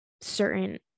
certain